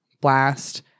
blast